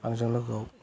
आंजों लोगोआव